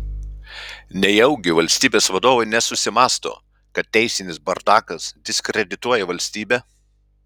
nejaugi valstybės vadovai nesusimąsto kad teisinis bardakas diskredituoja valstybę